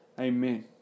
Amen